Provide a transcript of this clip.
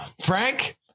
Frank